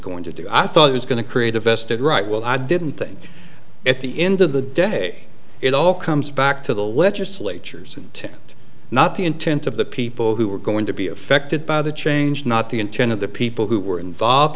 going to do i thought it was going to create a vested right well i didn't think at the end of the day it all comes back to the legislatures and not the intent of the people who were going to be affected by the change not the intent of the people who were involved